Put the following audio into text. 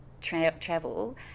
travel